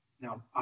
Now